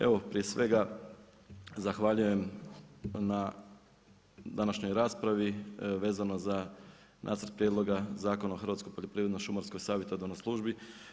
Evo prije svega zahvaljujem na današnjoj raspravi vezano za Nacrt prijedloga Zakona o Hrvatsko poljoprivredno-šumarskoj savjetodavnoj službi.